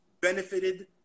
benefited